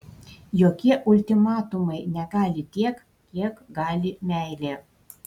jokie ultimatumai negali tiek kiek gali meilė